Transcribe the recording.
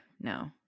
No